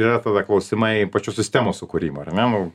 yra tada klausimai pačių sistemų sukūrimo ar ne nu